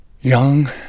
Young